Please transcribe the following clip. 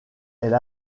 elle